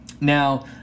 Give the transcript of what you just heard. Now